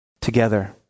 together